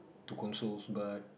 to console but